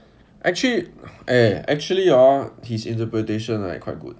actually eh actually orh his interpretation like quite good